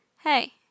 Hey